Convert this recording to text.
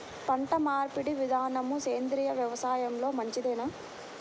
పంటమార్పిడి విధానము సేంద్రియ వ్యవసాయంలో మంచిదేనా?